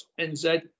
NZ